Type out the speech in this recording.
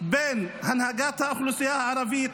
בין הנהגת האוכלוסייה הערבית,